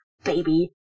baby